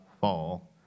fall